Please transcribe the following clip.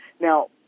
Now